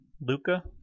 Luca